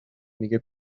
میگه